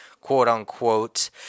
quote-unquote